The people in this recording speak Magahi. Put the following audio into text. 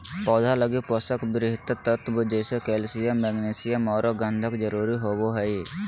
पौधा लगी पोषक वृहत तत्व जैसे कैल्सियम, मैग्नीशियम औरो गंधक जरुरी होबो हइ